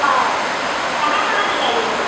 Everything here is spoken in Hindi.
और कहाँ कहाँ ले जाइएगा